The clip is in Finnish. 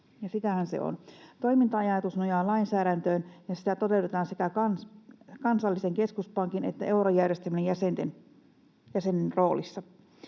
sitähän se on. Toiminta-ajatus nojaa lainsäädäntöön, ja sitä toteutetaan sekä kansallisen keskuspankin että eurojärjestelmän jäsenen roolissa.